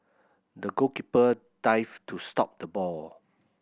the goalkeeper dived to stop the ball